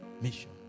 mission